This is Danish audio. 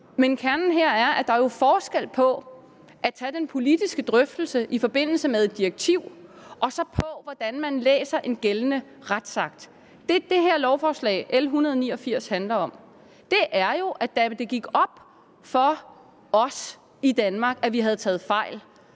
Men kernen her er, at der jo er forskel på at tage den politiske drøftelse i forbindelse med et direktiv og så på, hvordan man læser en gældende retsakt. Det, det her lovforslag, L 189, handler om, er jo, at da det gik op for os i Danmark, at vi havde taget fejl,